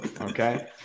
Okay